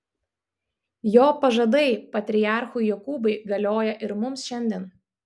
jo pažadai patriarchui jokūbui galioja ir mums šiandien